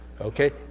Okay